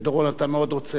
אתה מאוד רוצה לדבר,